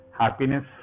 happiness